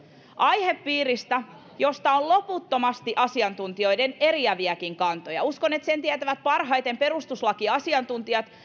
aihepiiristä josta on loputtomasti asiantuntijoiden eriäviäkin kantoja uskon että sen tietävät parhaiten perustuslakiasiantuntijat